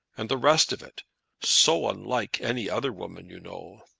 and the rest of it so unlike any other woman, you know.